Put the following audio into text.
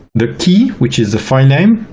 the key which is a file name,